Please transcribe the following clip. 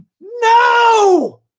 No